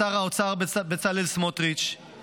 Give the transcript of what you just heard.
לשר האוצר בצלאל סמוטריץ';